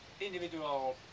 individual